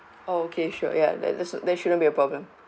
oh okay sure ya that that that shouldn't be a problem